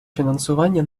фінансування